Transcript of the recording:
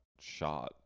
shot